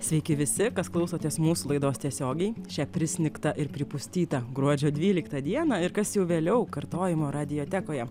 sveiki visi kas klausotės mūsų laidos tiesiogiai šią prisnigtą ir pripustytą gruodžio dvyliktą dieną ir kas jau vėliau kartojimo radiotekoje